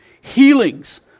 healings